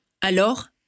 Alors